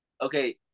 Okay